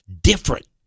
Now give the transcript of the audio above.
different